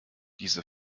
diese